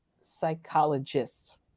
psychologists